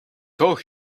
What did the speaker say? told